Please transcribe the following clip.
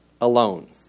Alone